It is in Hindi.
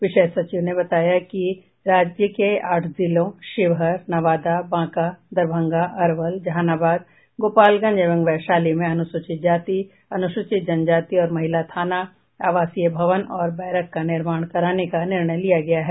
विशेष सचिव ने बताया कि राज्य के आठ जिलों शिवहर नवादा बांका दरभंगा अरवल जहानाबाद गोपालगंज एवं वैशाली में अनुसूचित जाति अनुसूचित जनजाति और महिला थाना आवासीय भवन तथा बैरक का निर्माण कराने का निर्णय लिया गया है